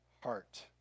heart